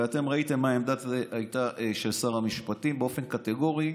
ואתם ראיתם מה הייתה העמדה של שר המשפטים באופן קטגורי.